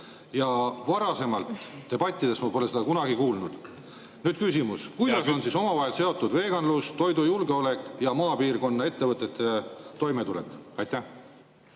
Varasemalt debattides ma seda ei kuulnud. Nüüd küsimus: kuidas on omavahel seotud veganlus, toidujulgeolek ja maapiirkonna ettevõtete toimetulek? Aitäh!